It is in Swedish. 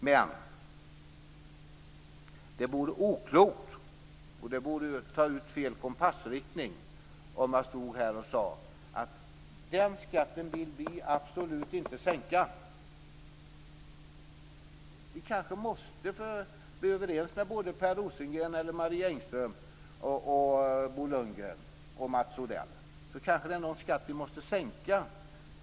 Men det vore oklokt och det vore att ta ut fel kompassriktning om jag stod här och sade att den skatten vill vi absolut inte sänka. För att bli överens med Per Rosengren, Marie Engström, Bo Lundgren och Mats Odell kanske det är någon skatt som vi måste sänka.